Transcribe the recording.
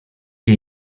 que